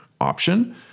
option